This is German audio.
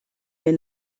der